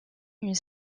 une